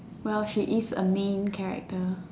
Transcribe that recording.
well she is a main character